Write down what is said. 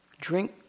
drink